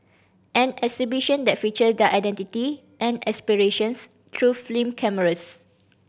an exhibition that feature their identity and aspirations through cameras